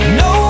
no